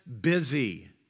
busy